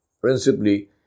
principally